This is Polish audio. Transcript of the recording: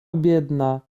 biedna